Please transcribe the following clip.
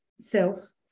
self